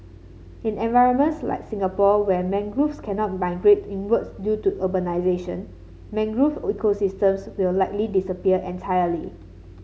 in environments like Singapore where mangroves cannot migrate inwards due to urbanisation mangrove ecosystems will likely disappear entirely